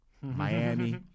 Miami